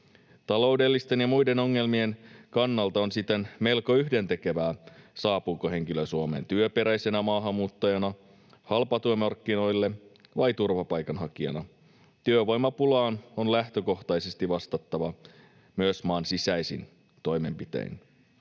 Taloudellisten ja muiden ongelmien kannalta on siten melko yhdentekevää, saapuuko henkilö Suomeen työperäisenä maahanmuuttajana halpatyömarkkinoille vai turvapaikanhakijana. Työvoimapulaan on lähtökohtaisesti vastattava myös maan sisäisin toimenpitein.